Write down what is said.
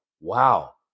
wow